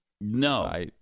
No